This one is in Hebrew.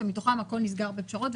שמתוכם הכול נסגר בפשרות,